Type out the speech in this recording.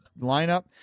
lineup